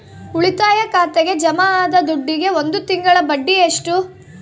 ಉಳಿತಾಯ ಖಾತೆಗೆ ಜಮಾ ಆದ ದುಡ್ಡಿಗೆ ಒಂದು ತಿಂಗಳ ಬಡ್ಡಿ ಎಷ್ಟು?